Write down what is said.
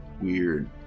Weird